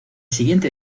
siguiente